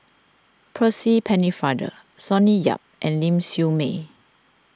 Percy Pennefather Sonny Yap and Ling Siew May